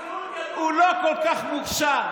הוא לא כל כך מוכשר.